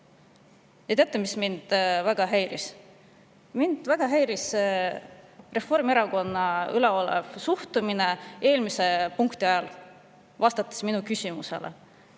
Teate, mis mind väga häiris? Mind väga häiris Reformierakonna üleolev suhtumine eelmise punkti ajal, kui minu küsimusele